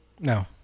No